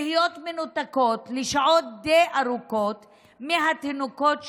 העבודה מחייבת אותן להיות מנותקות לשעות די ארוכות מהתינוקות שלהן,